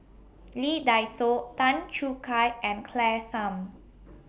Lee Dai Soh Tan Choo Kai and Claire Tham